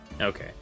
Okay